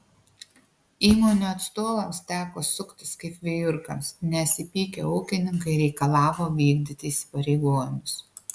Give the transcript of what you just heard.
įmonių atstovams teko suktis kaip vijurkams nes įpykę ūkininkai reikalavo vykdyti įsipareigojimus